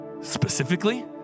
specifically